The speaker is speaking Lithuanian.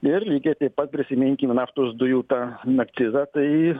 ir lygiai taip pat prisiminkim naftos dujų tą akcizą tai